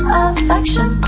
affection